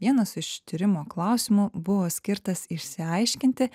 vienas iš tyrimo klausimų buvo skirtas išsiaiškinti